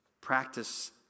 Practice